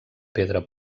pedra